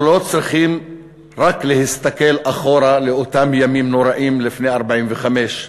אנחנו לא צריכים רק להסתכל אחורה לאותם ימים נוראים לפני 1945,